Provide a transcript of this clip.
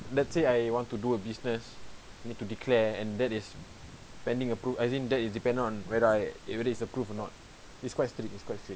let's say I want to do a business you need to declare and that is pending approve as in that is depend on whether I if it is approved or not it's quite strict it's quite strict